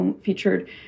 featured